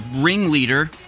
ringleader